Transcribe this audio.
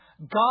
God